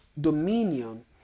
dominion